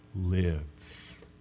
lives